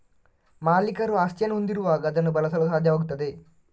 ಮಾಲೀಕರು ಆಸ್ತಿಯನ್ನು ಹೊಂದಿರುವಾಗ ಅದನ್ನು ಬಳಸಲು ಸಾಧ್ಯವಾಗುತ್ತದೆ